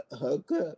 hookup